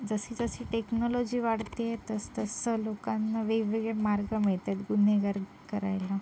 जशीजशी टेक्नॉलॉजी वाढते आहे तसतसं लोकांना वेगवेगळे मार्ग मिळत आहेत गुन्हेगारी करायला